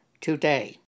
today